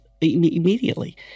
immediately